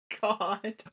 God